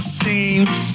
seems